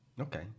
Okay